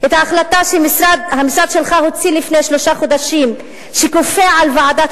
את ההחלטה שהמשרד שלך הוציא לפני שלושה חודשים שכופה על ועדת